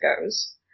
goes